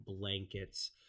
blankets